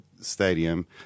stadium